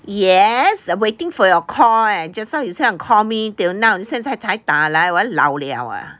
yes waiting for your call eh just now you say want call me till now 现在才打来我老了